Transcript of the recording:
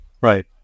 Right